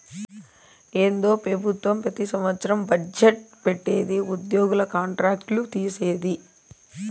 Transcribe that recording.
ఏందో పెబుత్వం పెతి సంవత్సరం బజ్జెట్ పెట్టిది ఉద్యోగుల కాంట్రాక్ట్ లు తీసేది